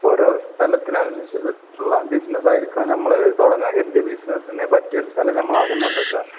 ഓരോ സ്ഥലത്തിനനുസരിച്ചുള്ള ബിസിനസായിരിക്കണം നമ്മള് തുടങ്ങാൻ കരുതിയ ബിസിനസ്സിനു പറ്റിയൊരു സ്ഥലം നമ്മളാദ്യം കണ്ടെത്തുക